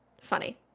Funny